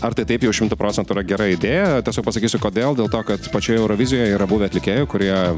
ar tai taip jau šimtu procentų yra gera idėja tiesiog pasakysiu kodėl dėl to kad pačioje eurovizijoje yra buvę atlikėjų kurie